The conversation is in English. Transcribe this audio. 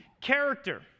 Character